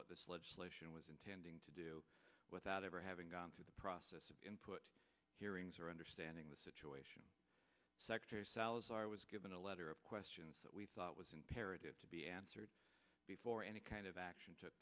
what this legislation was intending to do without ever having gone through the process of input hearings or understanding the situation secretary salazar was given a letter of questions that we thought was imperative to be answered before any kind of action took